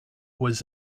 was